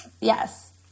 Yes